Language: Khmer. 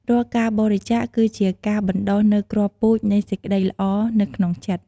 រាល់ការបរិច្ចាគ គឺជាការបណ្ដុះនូវគ្រាប់ពូជនៃសេចក្ដីល្អនៅក្នុងចិត្ត។